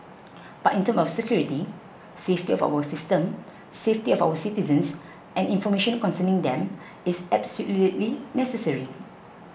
but in terms of security safety of our system safety of our citizens and information concerning them it's absolutely necessary